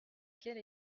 quelle